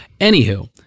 Anywho